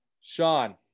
Sean